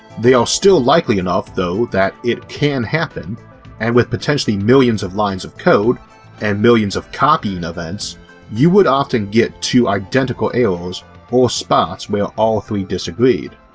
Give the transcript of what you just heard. they are still likely enough though that it can happen and with potentially millions of lines of code and millions of copying events you would often get two identical errors or spots where all three disagreed.